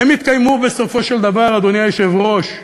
הן יתקיימו בסופו של דבר, אדוני היושב-ראש,